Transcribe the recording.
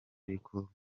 ariko